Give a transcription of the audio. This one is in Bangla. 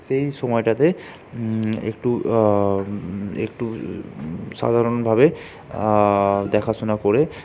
সেই সময়টাতে একটু একটু সাধারণভাবে দেখাশোনা করে